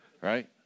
right